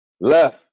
Left